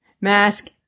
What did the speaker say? mask